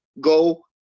go